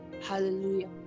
Hallelujah